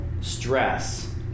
stress